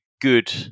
good